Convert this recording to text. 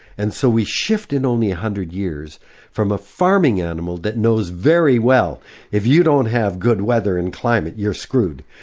and so we shift in only one hundred years from a farming animal that knows very well if you don't have good weather and climate you're screwed,